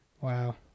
Wow